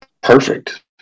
perfect